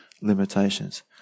limitations